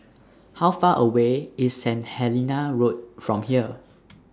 How Far away IS St Helena Road from here